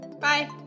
Bye